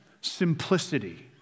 Simplicity